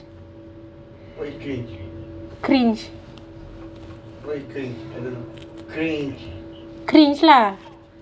cringe cringe lah